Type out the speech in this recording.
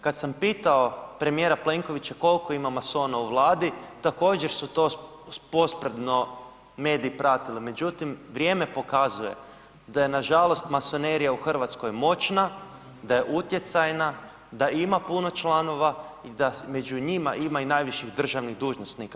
Kada sam pitao premijera Plenkovića koliko ima masona u Vladi, također su posprdno mediji pratili, međutim vrijeme pokazuje da je nažalost masonerija u Hrvatskoj moćna, da je utjecajna, da ima puno članova i da među ima i najviših državnih dužnosnika.